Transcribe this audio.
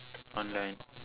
online